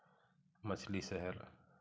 मछली शहर